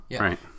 Right